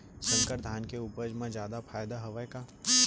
संकर धान के उपज मा जादा फायदा हवय का?